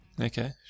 Okay